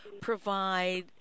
provide